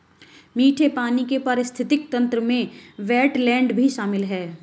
मीठे पानी के पारिस्थितिक तंत्र में वेट्लैन्ड भी शामिल है